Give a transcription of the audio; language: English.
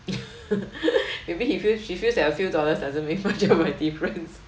maybe he feels she feels that a few dollars doesn't make much of a difference